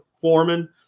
foreman